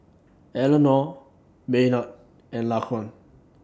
Eleanor Maynard and Laquan